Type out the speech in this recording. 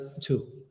two